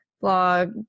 blog